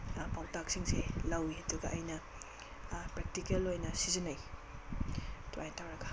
ꯄꯥꯎꯇꯥꯛꯁꯤꯡꯁꯦ ꯂꯧꯏ ꯑꯗꯨꯒ ꯑꯩꯅ ꯄ꯭ꯔꯦꯛꯇꯤꯀꯦꯜ ꯑꯣꯏꯅ ꯁꯤꯖꯤꯟꯅꯩ ꯑꯗꯨꯃꯥꯏ ꯇꯧꯔꯒ